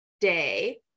day